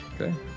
Okay